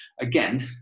again